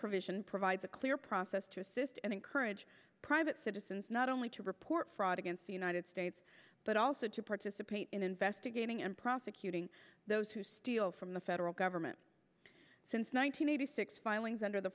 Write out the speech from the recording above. provision provides a clear process to assist and encourage private citizens not only to report fraud against the united states but also to participate in investigating and prosecuting those who steal from the federal government since nine hundred eighty six filings under the